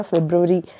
February